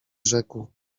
rzekł